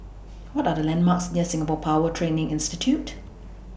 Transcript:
What Are The landmarks near Singapore Power Training Institute